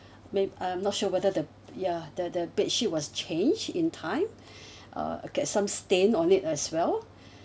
maybe I'm not sure whether the ya the the bedsheet was changed in time uh get some stain on it as well